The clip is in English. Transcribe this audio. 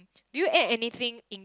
did you add anything in